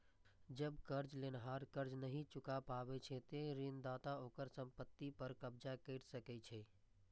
जब कर्ज लेनिहार कर्ज नहि चुका पाबै छै, ते ऋणदाता ओकर संपत्ति पर कब्जा कैर सकै छै